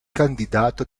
candidato